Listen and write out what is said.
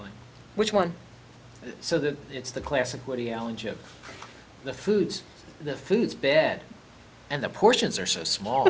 line which one so that it's the classic woody allen ship the foods the foods bed and the portions are so small